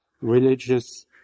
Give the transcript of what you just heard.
religious